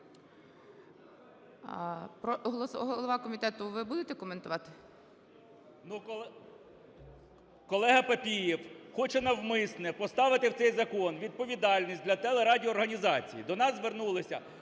Голова комітету, ви будете коментувати? 11:25:43 КНЯЖИЦЬКИЙ М.Л. Колега Папієв хоче навмисно поставити в цей закон відповідальність для телерадіоорганізацій. До нас звернулися